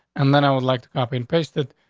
and then i would like to copy and paste it.